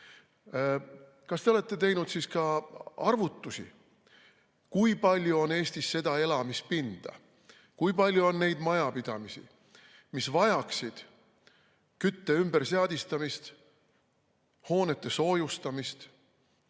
Kas te olete teinud siis ka arvutusi, kui palju on Eestis seda elamispinda, kui palju on neid majapidamisi, mis vajaksid kütte ümberseadistamist, hoonete soojustamist?